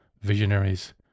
Visionaries